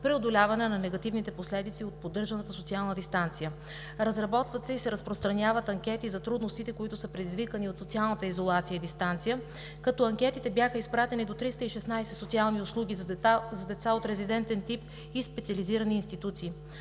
преодоляване на негативните последици от поддържаната социална дистанция. Разработват се и се разпространяват анкети за трудностите, които са предизвикани от социалната изолация и дистанция, като анкетите бяха изпратени до 316 социални услуги за деца от резидентен тип и специализирани институции.